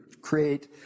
create